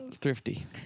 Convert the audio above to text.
thrifty